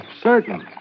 certain